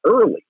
early